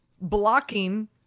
blocking